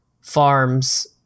farms